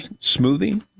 smoothie